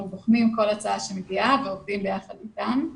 בוחנים כל הצעה שמגיעה ועובדים ביחד איתם,